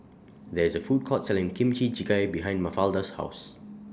There IS A Food Court Selling Kimchi Jjigae behind Mafalda's House